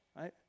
right